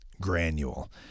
granule